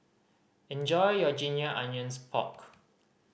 enjoy your ginger onions pork